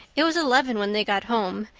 it was eleven when they got home,